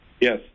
Yes